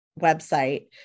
website